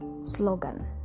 slogan